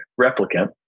replicant